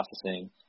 processing